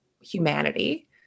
humanity